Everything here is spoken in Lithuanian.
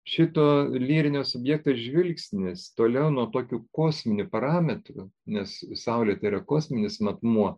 šito lyrinio subjekto žvilgsnis toliau nuo tokių kosminių parametrų nes saulė tėra kosminis matmuo